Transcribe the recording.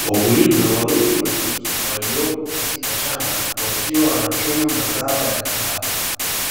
Wakulima wawili wa kike waliopo katika shamba wakiwa wanachuma mazao ya kahawa,